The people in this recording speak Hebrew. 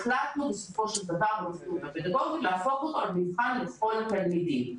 החלטנו בסופו של דבר במזכירות הפדגוגית להפוך אותו למבחן לכל התלמידים.